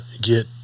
get